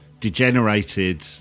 degenerated